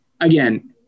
again